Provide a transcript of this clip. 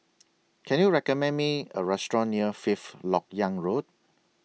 Can YOU recommend Me A Restaurant near Fifth Lok Yang Road